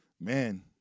man